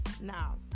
Now